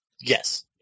Yes